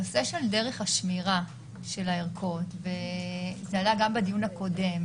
הנושא של דרך השמירה של הערכות עלה גם בדיון הקודם